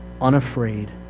unafraid